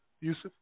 Yusuf